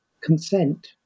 consent